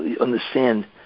understand